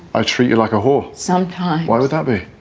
i treat you like a whore some time. why would that be?